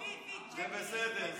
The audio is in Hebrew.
זה בסדר,